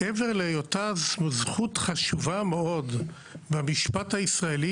מעבר להיותה זכות חשובה מאוד במשפט הישראלי,